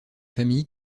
famille